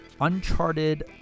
Uncharted